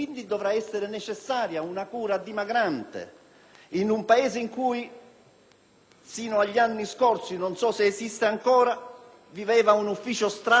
sino a pochi anni fa - non so se esista ancora - viveva un ufficio stralcio per le pensioni di guerra o si ricostituivano i Ministeri